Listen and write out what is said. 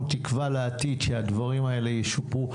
הלוואי שתהיה לנו תקווה לעתיד שהדברים האלה ישופרו.